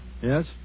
Yes